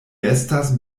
estas